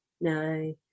No